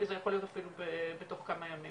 אבל זה יכול להיות אפילו בתוך כמה ימים.